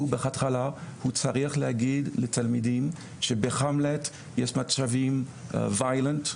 הוא בהתחלה הוא צריך להגיד לתלמידים שבהמלט יש מצבים אלימים,